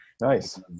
Nice